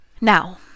Now